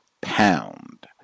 pound